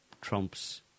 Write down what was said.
Trump's